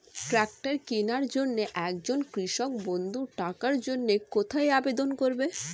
Tractor কিনার জন্য একজন কৃষক বন্ধু টাকার জন্য কোথায় আবেদন করবে?